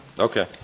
Okay